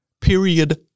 period